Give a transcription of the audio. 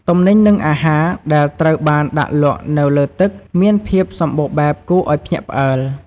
ទំនិញ និងអាហារ ដែលត្រូវបានដាក់លក់នៅលើទឹកមានភាពសម្បូរបែបគួរឱ្យភ្ញាក់ផ្អើល។